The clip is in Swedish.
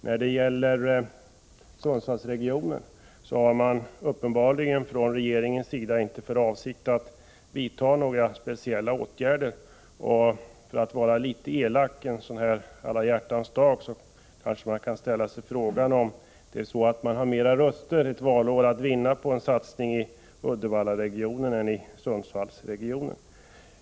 När det gäller Sundsvallsregionen har regeringen uppenbarligen inte för avsikt att vidta några speciella åtgärder. För att vara litet elak, trots att det är Alla hjärtans dag, vill jag ställa frågan om det är så att regeringen ett valår anser sig ha mera röster att vinna på en satsning i Uddevallaregionen än i Sundsvallsregionen.